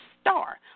Star